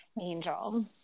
angel